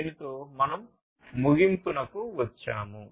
దీనితో మనం ముగింపుకు మేము వచ్చాము